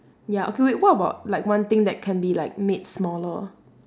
ya okay wait what about like one thing that can be like made smaller